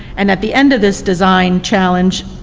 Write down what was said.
and at the end of this design challenge,